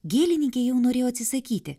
gėlininkė jau norėjo atsisakyti